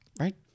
right